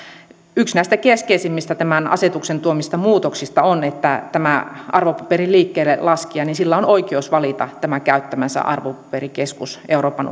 yksi keskeisimmistä asetuksen tuomista muutoksista on että arvopaperin liikkeelle laskijalla on oikeus valita käyttämänsä arvopaperikeskus euroopan